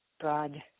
broad